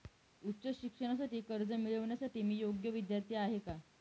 उच्च शिक्षणासाठी कर्ज मिळविण्यासाठी मी योग्य विद्यार्थी आहे का?